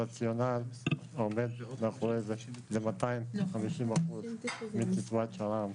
הרציונל שעומד מאחורי זה זה 250% מקצבת שר"מ,